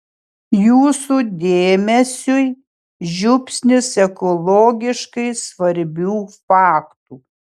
jūsų dėmesiui žiupsnis ekologiškai svarbių faktų